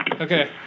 okay